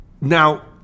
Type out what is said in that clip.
Now